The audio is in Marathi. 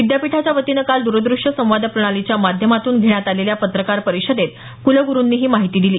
विद्यापीठाच्या वतीनं काल दरदृष्य संवाद प्रणालीच्या माध्यमातून घेण्यात आलेल्या पत्रकार परिषदेत कुलगुरुंनी ही माहिती दिली